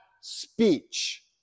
speech